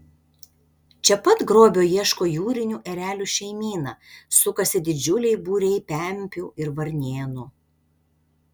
čia pat grobio ieško jūrinių erelių šeimyna sukasi didžiuliai būriai pempių ir varnėnų